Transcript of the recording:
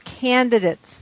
candidates